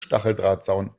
stacheldrahtzaun